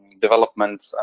development